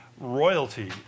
royalty